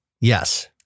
Yes